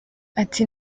ati